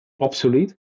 obsolete